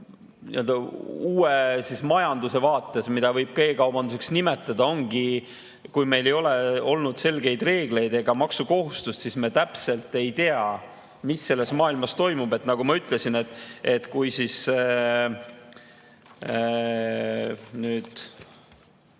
uue majanduse vaates, mida võib ka e-kaubanduseks nimetada, ongi, et kui meil ei ole olnud selgeid reegleid ega maksukohustust, siis me täpselt ei tea, mis selles maailmas toimub. Nagu ma ütlesin, kui e-kaubanduse